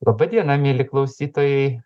laba diena mieli klausytojai